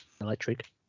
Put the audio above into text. Electric